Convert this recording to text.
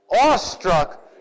Awestruck